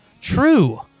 true